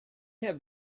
have